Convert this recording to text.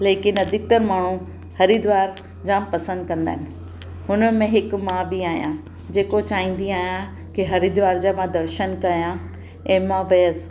लेकिन अधिकतर माण्हू हरिद्वार जामु पसंदि कंदा आहिनि हुनमें हिकु मां बि आहियां जेको चाहींदी आहियां के हरिद्वार जा मां दर्शन कयां ऐं मां वियसि